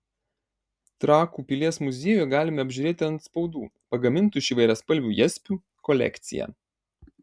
trakų pilies muziejuje galime apžiūrėti antspaudų pagamintų iš įvairiaspalvių jaspių kolekciją